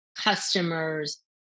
customers